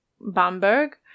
Bamberg